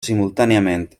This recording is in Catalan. simultàniament